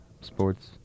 sports